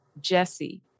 Jesse